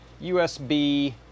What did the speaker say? USB